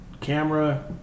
Camera